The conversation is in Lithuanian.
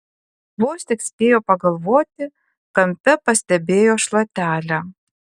vos tik spėjo pagalvoti kampe pastebėjo šluotelę